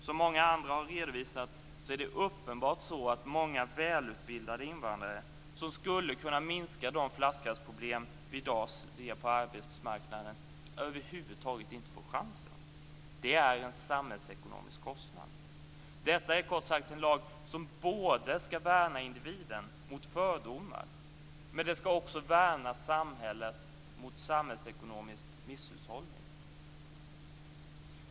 Som många andra har redovisat är det uppenbart att många välutbildade invandrare, som skulle kunna minska de flaskhalsproblem som vi i dag ser på arbetsmarknaden, över huvud taget inte får chansen. Det är en samhällsekonomisk kostnad. Detta är kort sagt en lag som skall värna individen mot fördomar, men den skall också värna samhället mot samhällsekonomisk misshushållning.